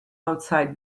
outside